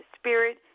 spirit